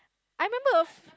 I remember